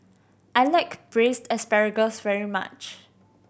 I like Braised Asparagus very much